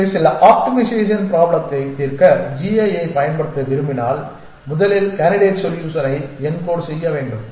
எனவே சில ஆப்டிமேஷன் ப்ராப்ளமைத் தீர்க்க g a ஐப் பயன்படுத்த விரும்பினால் முதலில் கேண்டிடேட் சொல்யுஷனை யென்கோட் செய்ய வேண்டும்